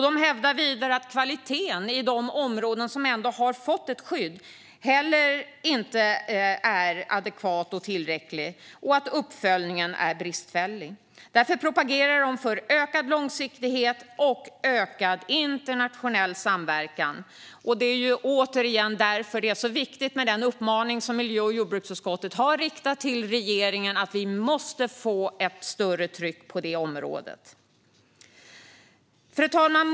Man hävdar vidare att kvaliteten på de områden som ändå har fått ett skydd inte är tillräcklig och att uppföljningen är bristfällig. Därför propagerar man för ökad långsiktighet och ökad internationell samverkan. Det är återigen därför det är så viktigt med den uppmaning som miljö och jordbruksutskottet har riktat till regeringen om att vi måste få ett större tryck på detta område. Fru talman!